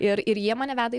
ir ir jie mane veda